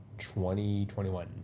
2021